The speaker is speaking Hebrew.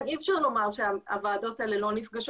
אי אפשר לומר שהוועדות האלה לא נפגשות,